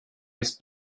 his